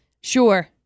Sure